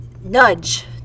Nudge